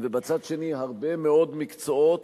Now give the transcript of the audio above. ובצד שני, הרבה מאוד מקצועות